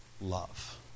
Love